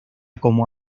como